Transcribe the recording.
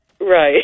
Right